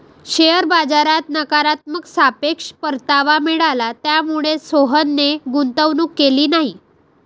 share बाजारात नकारात्मक सापेक्ष परतावा मिळाला, त्यामुळेच सोहनने गुंतवणूक केली नाही